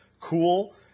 Cool